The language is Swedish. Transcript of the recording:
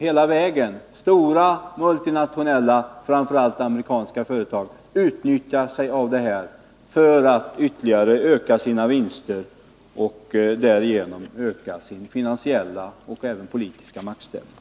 Hela vägen är det likadant — stora, multinationella, framför allt amerikanska företag utnyttjar sig av dessa zoner för att ytterligare öka sina vinster och därigenom stärka sin finansiella och även politiska maktställning.